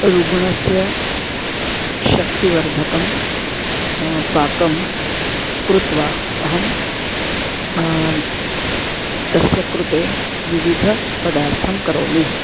रुग्णस्य शक्तिवर्धकं पाकं कृत्वा अहं तस्य कृते विविधपदार्थं करोमि